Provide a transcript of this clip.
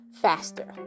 faster